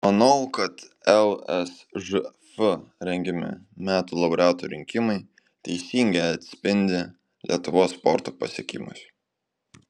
manau kad lsžf rengiami metų laureatų rinkimai teisingai atspindi lietuvos sporto pasiekimus